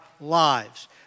lives